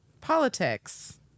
Politics